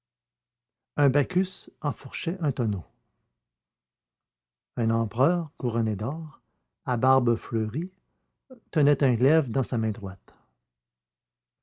un bacchus enfourchait un tonneau un empereur couronné d'or à barbe fleurie tenait un glaive dans sa main droite